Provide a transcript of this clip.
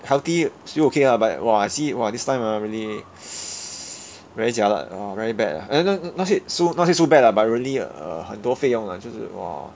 healthy still okay lah but !wah! I see !wah! this time ah really very jialat orh very bad ah then not say so not say so bad lah but really uh 很多费用 ah 就是 !wah!